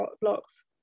blocks